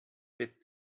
with